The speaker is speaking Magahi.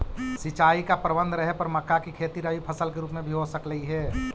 सिंचाई का प्रबंध रहे पर मक्का की खेती रबी फसल के रूप में भी हो सकलई हे